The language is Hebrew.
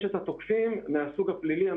ויש את התוקפים מהתחום הפלילי.